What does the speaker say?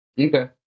Okay